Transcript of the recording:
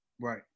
Right